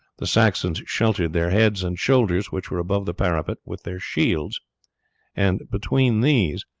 the saxons sheltered their heads and shoulders which were above the parapet with their shields and between these,